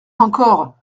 encore